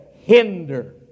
hinder